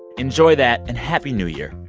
enjoy that, and happy new year.